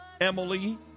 Emily